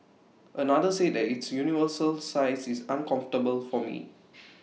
another said that its universal size is uncomfortable for me